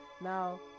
Now